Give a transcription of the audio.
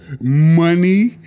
money